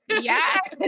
Yes